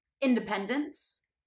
independence